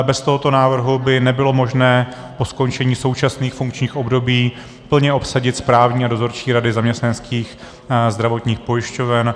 Bez tohoto návrhu by nebylo možné po skončení současných funkčních období plně obsadit správní a dozorčí rady zaměstnaneckých zdravotních pojišťoven.